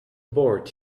board